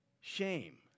Shame